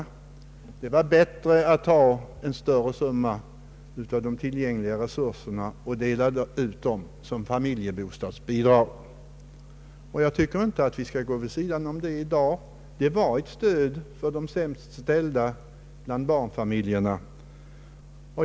Det var bättre att ta den summa av de tillgängliga resurserna som stod till förfogande och använda den till de familjebostadsbidrag som planerades. Jag tycker inte att vi i dag skall gå vid sidan av detta konstaterande. Det gäller ett stöd för de sämst ställda bland barnfamiljerna.